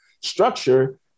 structure